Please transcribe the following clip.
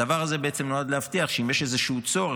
הדבר הזה בעצם נועד להבטיח שאם יש איזה צורך,